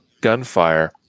gunfire